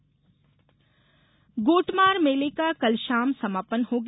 गोटमार मेला गोटमार मेले का कल शाम समापन हो गया